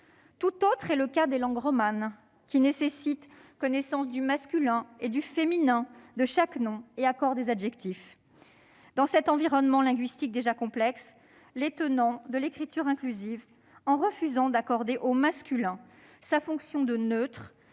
Tout autre est le cas des langues romanes, qui nécessitent connaissance du masculin et du féminin de chaque nom et accord des adjectifs. Dans cet environnement linguistique déjà complexe, les tenants de l'écriture inclusive, en refusant d'accorder au masculin sa fonction de neutre,